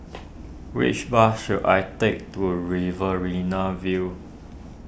which bus should I take to Riverina View